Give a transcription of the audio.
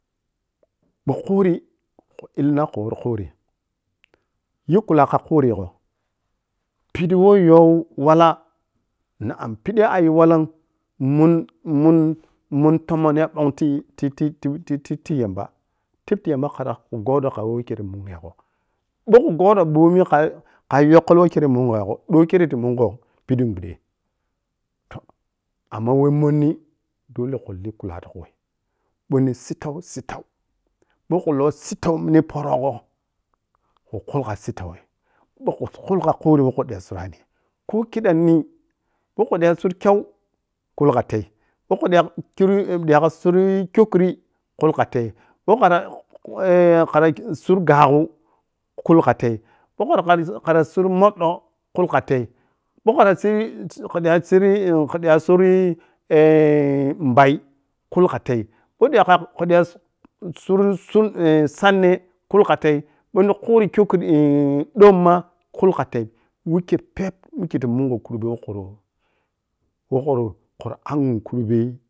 Ɓou khurri khu illina khu worri khum yu kula kha khurri gho pidi woh yow wala na’am pidi woh a’yi wala’m mun-mun-mun tomon ya ɓong ti-titi-ti yamba teb ti yamba khere kha godou kha we khere munyegho ɓou khu goƌou bomi kha yokkol weh khere mu nyegho ƌoi kem ti mungho pidin buddei toh amma weh monni dole khu li kula ti khuri bou ni sittau-sittau ɓou khu lou sittau ni porogho khun khuli kha sittaugi ɓou khu khuli kha khuri gho woh khu da surrani ko kiƌam nii ko khu dila sur kyau kuli ka tei ko khu da chur-sur kyokhuri kulkaki ko khara sur gashu kulkatei ɓou khar kaƌa sur modƌo kulkatei ɓou khudi an suri-khuƌi a’n suri mbai kulkatei ko khudicha-khu di kha sur sanne kulkatei bou nin khuri kyokhuri-dom mah kulka tei wikei pɛɛp wikkei ta mungho kurbe weh kuru weh kkur-kburu angyi kurbe